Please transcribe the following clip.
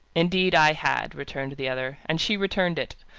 indeed i had, returned the other. and she returned it.